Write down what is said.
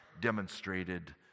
demonstrated